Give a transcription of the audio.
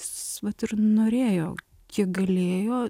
svetur norėjo kiek galėjo